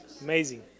Amazing